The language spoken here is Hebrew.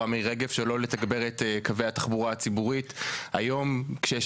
מירי רגב שלא לתגבר את קווי התחבורה הציבורית היום כשיש